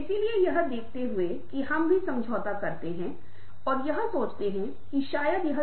computer और तकनीकी साक्षरता एक ऐसी चीज है जो अपने आप में एक कोर्स है